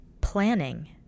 planning